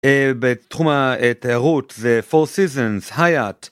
בתחום התיירות זה Four Seasons, היאט.